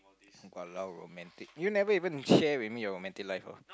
!walao! romantic you never even share with me your romantic life uh